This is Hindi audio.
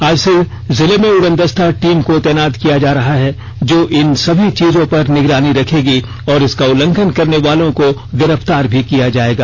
आज से जिले में उड़नदस्ता टीम को तैनात किया जा रहा है जो इन सभी चीजों पर निगरानी रखेगी और इसका उल्लंघन करने वालों को गिरफ्तार भी किया जाएगा